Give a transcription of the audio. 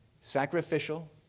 sacrificial